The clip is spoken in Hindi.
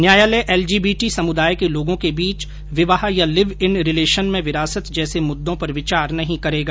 न्यायालय एल जी बी टी समुदाय के लोगों के बीच विवाह या लिव इन रिलेशन में विरासत जैसे मुद्दों पर विचार नहीं करेगा